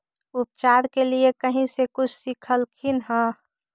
उपचार के लीये कहीं से कुछ सिखलखिन हा?